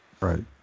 Right